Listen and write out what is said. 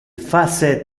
face